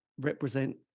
represent